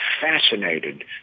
fascinated